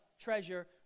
treasure